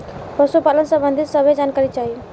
पशुपालन सबंधी सभे जानकारी चाही?